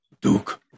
Duke